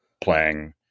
playing